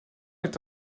est